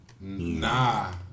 Nah